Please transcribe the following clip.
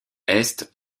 est